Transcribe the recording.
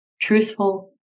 Truthful